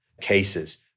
cases